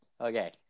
okay